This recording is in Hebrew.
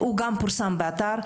הוא גם פורסם באתר,